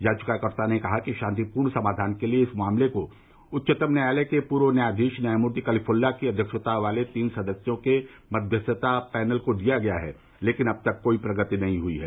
याचिकाकर्ता ने कहा कि शांतिपूर्ण समाधान के लिए इस मामले को उच्चतम न्यायालय के पूर्व न्यायाधीश न्यायमूर्ति कलीफुल्ला की अध्यक्षता वाले तीन सदस्यों के मध्यस्थता पैनल को दिया गया है लेकिन अब तक कोई प्रगति नहीं हुई है